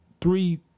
three